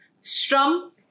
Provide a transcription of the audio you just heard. strum